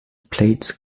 plates